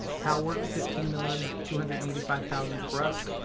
cal works, fifteen million two hundred and eighty five thousand for us.